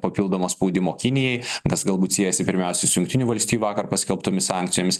papildomo spaudimo kinijai tas galbūt siejasi pirmiausiai su jungtinių valstijų vakar paskelbtomis sankcijomis